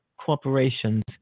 corporations